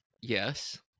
Yes